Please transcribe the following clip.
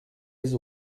les